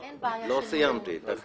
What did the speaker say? לא סיימתי.